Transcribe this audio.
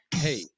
Hey